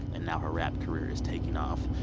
and now her rap career is taking off.